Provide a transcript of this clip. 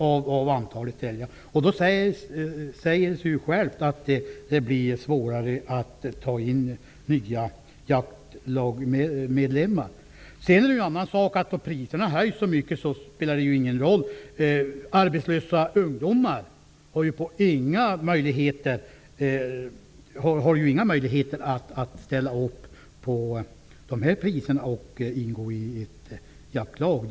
Då säger det sig självt att det blir svårare att ta in nya jaktlagsmedlemmar. Om priserna höjs så mycket har arbetslösa ungdomar inga möjligheter att ställa upp på villkoren för att ingå i ett jaktlag.